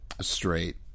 Straight